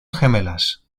gemelas